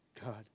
God